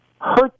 hurt